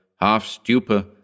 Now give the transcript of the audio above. half-stupor